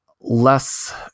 less